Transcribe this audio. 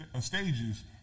stages